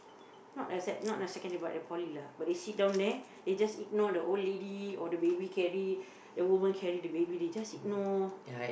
not a sec not a secondary but a poly lah but they just sit down there they just ignore the old lady or the baby carry the woman carry the baby they just ignore